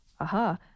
Aha